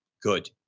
Good